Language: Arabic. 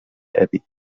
أبي